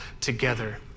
together